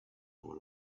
our